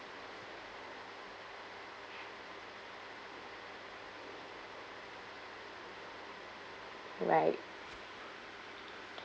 right